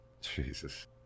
Jesus